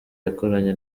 yakoranye